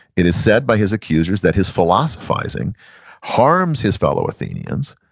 it is said by his accusers that his philosophizing harms his fellow athenians,